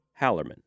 Hallerman